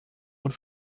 und